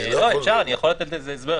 אני יכול לתת לזה הסבר,